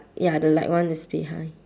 ya the light one is behind